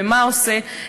ומה עושה,